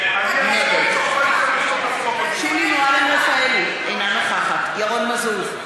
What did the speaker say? נגד שולי מועלם-רפאלי, אינה נוכחת ירון מזוז,